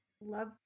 love